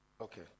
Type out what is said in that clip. okay